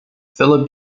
philip